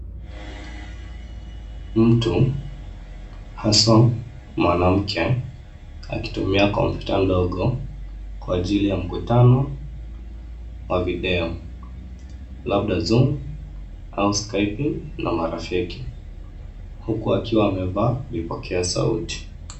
Mtu hasa mwanamke akitumia kompyuta ndogo kwa ajili ya mkutano wa video labda zoom au skyping na marafiki, huku akiwa amevaa vipokea sauti.